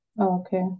Okay